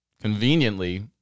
conveniently